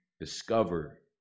discover